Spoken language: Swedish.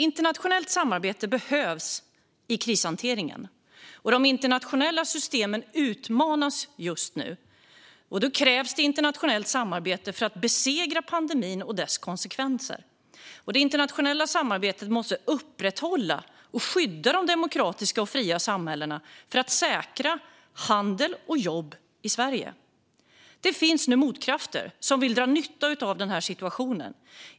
Internationellt samarbete behövs i krishanteringen, och de internationella systemen utmanas just nu. Det krävs internationellt samarbete för att besegra pandemin och dess konsekvenser. Det internationella samarbetet måste upprätthålla och skydda de demokratiska och fria samhällena för att säkra handel och jobb i Sverige. Det finns nu motkrafter som vill dra nytta av den här situationen.